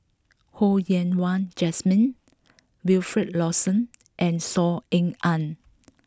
Ho Yen Wah Jesmine Wilfed Lawson and Saw Ean Ang